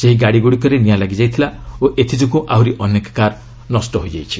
ସେହି ଗାଡ଼ିଗୁଡ଼ିକରେ ନିଆଁ ଲାଗିଯାଇଥିଲା ଓ ଏଥିଯୋଗୁଁ ଆହୁରି ଅନେକ କାର ନଷ୍ଟ ହୋଇଯାଇଛି